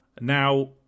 Now